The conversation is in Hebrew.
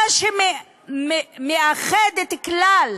מה שמאחד את כלל